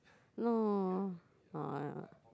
no oh not